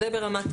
זה ברמת